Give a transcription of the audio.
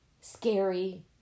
scary